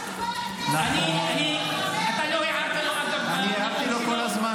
אני הערתי לו כל הזמן.